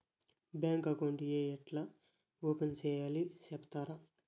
Bank account ఏ ఎట్లా open సేయాలి సెప్తారా?